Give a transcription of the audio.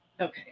Okay